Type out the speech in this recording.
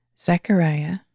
Zechariah